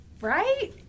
Right